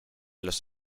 los